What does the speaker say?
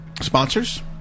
sponsors